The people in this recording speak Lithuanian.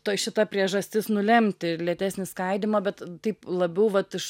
toj šita priežastis nulemti lėtesnį skaidymą bet taip labiau vat iš